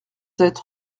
sept